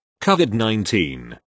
COVID-19